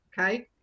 okay